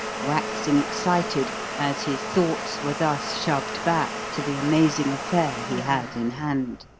waxing excited as his thoughts were thus shoved back to the amazing affair he had in hand.